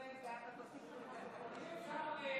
אבקש להוסיף אותי לפרוטוקול.